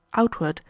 outward,